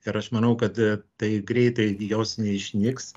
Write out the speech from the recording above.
ir aš manau kad taip greitai jos neišnyks